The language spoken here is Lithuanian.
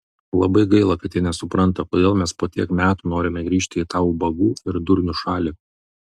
labai gaila kad jie nesupranta kodėl mes po tiek metų norime grįžti į tą ubagų ir durnių šalį